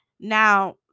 Now